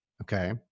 Okay